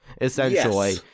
essentially